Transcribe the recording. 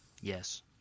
Yes